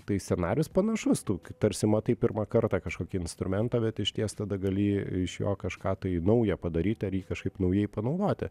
tai scenarijus panašus tu tarsi matai pirmą kartą kažkokį instrumentą bet išties tada gali iš jo kažką tai nauja padaryt ar jį kažkaip naujai panaudoti